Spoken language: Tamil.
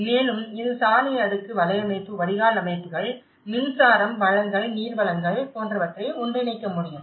மேலும் இது சாலை அடுக்கு வலையமைப்பு வடிகால் அமைப்புகள் மின்சாரம் வழங்கல் நீர் வழங்கல் போன்றவற்றை ஒன்றிணைக்க முடியும்